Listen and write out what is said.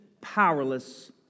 powerless